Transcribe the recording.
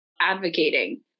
advocating